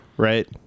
Right